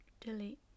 delete